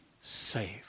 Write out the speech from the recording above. saved